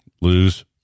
Lose